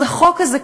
אז החוק הזה,